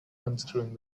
unscrewing